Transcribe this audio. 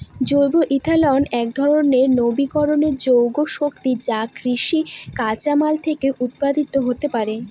জৈব ইথানল একধরনের নবীকরনযোগ্য শক্তি যা কৃষিজ কাঁচামাল থেকে উৎপাদিত হতে পারে